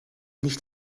nicht